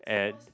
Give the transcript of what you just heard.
and